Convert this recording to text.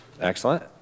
Excellent